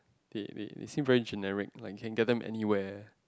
they they they seem very generic like can get them anywhere